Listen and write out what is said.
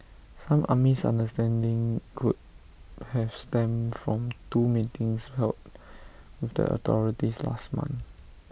some unmisunderstanding could have stemmed from two meetings held with the authorities last month